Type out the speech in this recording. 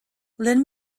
lynn